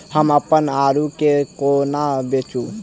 हम अप्पन आलु केँ कोना बेचू?